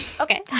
Okay